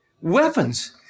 weapons